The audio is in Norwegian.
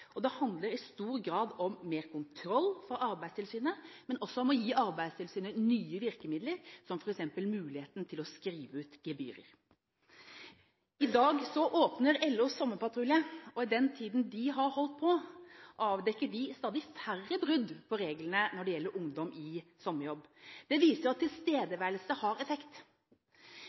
og det handler i stor grad om mer kontroll for Arbeidstilsynet, men også om å gi Arbeidstilsynet nye virkemidler, som f.eks. muligheten til å skrive ut gebyrer. I dag åpner LOs sommerpatrulje, og i den tiden de har holdt på, avdekker de stadig færre brudd på reglene når det gjelder ungdom i sommerjobb. Det viser at tilstedeværelse har effekt.